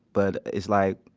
but it's like,